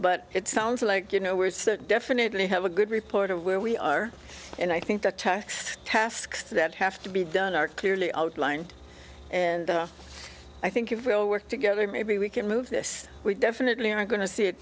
but it sounds like you know we're certain definitely have a good report of where we are and i think the tax tasks that have to be done are clearly outlined and i think if we all work together maybe we can move this we definitely are going to s